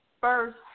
first